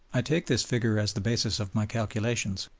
i take this figure as the basis of my calculations,